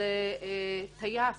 זה טייס